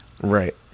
Right